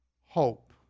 hope